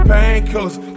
Painkillers